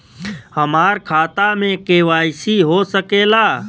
हमार खाता में के.वाइ.सी हो सकेला?